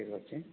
ଠିକ୍ ଅଛି